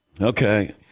Okay